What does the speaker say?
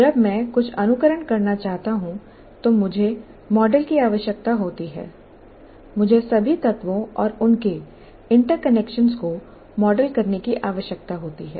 जब मैं कुछ अनुकरण करना चाहता हूं तो मुझे मॉडल की आवश्यकता होती है मुझे सभी तत्वों और उनके इंटरकनेक्शन को मॉडल करने की आवश्यकता होती है